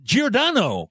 Giordano